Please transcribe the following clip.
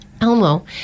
Elmo